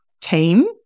team